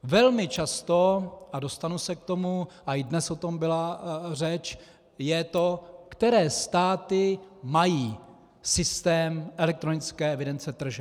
Velmi často, a dostanu se k tomu a i dnes o tom byla řeč, je to, které státy mají systém elektronické evidence tržeb.